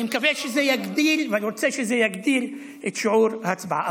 אני מקווה שזה יגדיל ואני רוצה שזה יגדיל את שיעור ההצבעה.